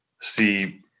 see